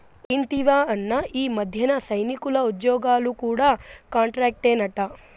ఇంటివా అన్నా, ఈ మధ్యన సైనికుల ఉజ్జోగాలు కూడా కాంట్రాక్టేనట